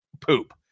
poop